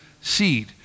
seed